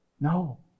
No